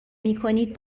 میکنید